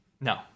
No